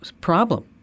problem